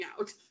out